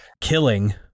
killing